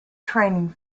training